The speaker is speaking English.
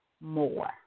more